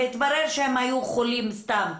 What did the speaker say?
והתברר שהם היו חולים סתם.